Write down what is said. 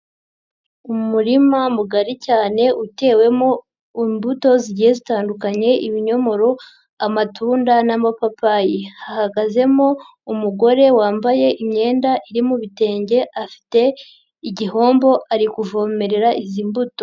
Umurima mugari cyane utewemo imbuto zigiye zitandukanye ibinyomoro, amatunda n'amapapayi, hahagazemo umugore wambaye imyenda iri mu bitenge, afite igihombo ari kuvomerera izi mbuto.